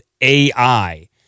AI